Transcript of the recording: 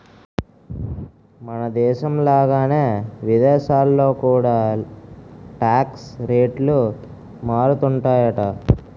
మనదేశం లాగానే విదేశాల్లో కూడా టాక్స్ రేట్లు మారుతుంటాయట